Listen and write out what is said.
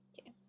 okay